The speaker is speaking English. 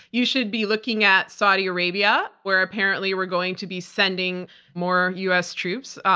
you should be looking at saudi arabia, where apparently, we're going to be sending more u. s. troops,